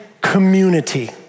community